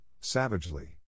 savagely